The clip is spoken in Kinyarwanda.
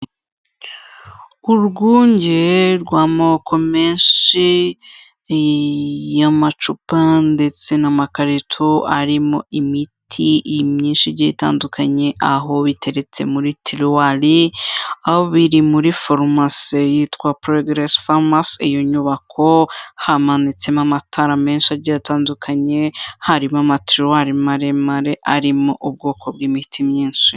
Urwunge rw'amoko menshi y'amacupa ndetse n'amakarito arimo imiti myinshi itandukanye, aho biteretse muri tiruwali, aho biri muri farumasi yitwa Progress farumasi, iyo nyubako hamanitsemo amatara menshi agiye atandukanye, harimo amatiruwali maremare arimo ubwoko bw'imiti myinshi.